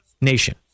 nation